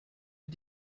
ihr